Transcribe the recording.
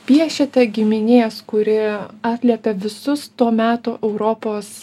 piešiate giminės kuri atliepia visus to meto europos